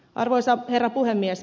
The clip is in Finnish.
arvoisa herra puhemies